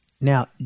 Now